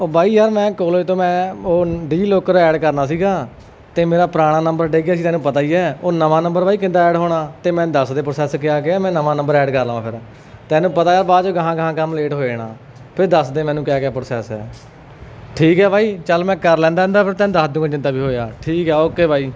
ਬਾਈ ਯਾਰ ਮੈਂ ਕੋਲਜ ਤੋਂ ਮੈਂ ਉਹ ਡਿਗੀਲੋਕਰ ਐਡ ਕਰਨਾ ਸੀਗਾ ਅਤੇ ਮੇਰਾ ਪੁਰਾਣਾ ਨੰਬਰ ਡਿੱਗ ਗਿਆ ਸੀ ਤੈਨੂੰ ਪਤਾ ਹੀ ਹੈ ਉਹ ਨਵਾਂ ਨੰਬਰ ਬਾਈ ਕਿੱਦਾਂ ਐਡ ਹੋਣਾ ਅਤੇ ਮੈਂ ਦੱਸ ਦਿਓ ਪ੍ਰੋਸੈਸ ਕਿਆ ਕਿਆ ਮੈਂ ਨਵਾਂ ਨੰਬਰ ਐਡ ਕਰ ਲਵਾਂ ਫਿਰ ਤੈਨੂੰ ਪਤਾ ਆ ਬਾਅਦ 'ਚ ਅਗਾਹਾਂ ਅਗਾਹਾਂ ਕੰਮ ਲੇਟ ਹੋ ਜਾਣਾ ਫਿਰ ਦੱਸ ਦਿਓ ਮੈਨੂੰ ਕਿਆ ਕਿਆ ਪ੍ਰੋਸੈਸ ਹੈ ਠੀਕ ਹੈ ਬਾਈ ਚਲ ਮੈਂ ਕਰ ਲੈਂਦਾ ਦਿੰਦਾ ਫਿਰ ਤੈਨੂੰ ਦੱਸ ਦਊਂਗਾ ਜਿੱਦਾਂ ਵੀ ਹੋਇਆ ਠੀਕ ਆ ਓਕੇ ਬਾਈ